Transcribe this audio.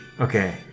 Okay